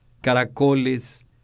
caracoles